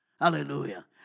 Hallelujah